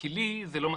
כי לי זה לא מספיק.